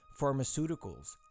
pharmaceuticals